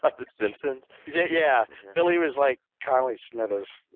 ah the simpsons? yeah. yeah billy was like connelly's smithers.